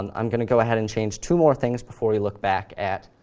um i'm going to go ahead and change two more things before we look back at